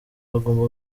bagomba